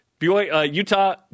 Utah